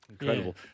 Incredible